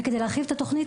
כדי להרחיב את התוכנית,